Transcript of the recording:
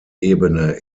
ebene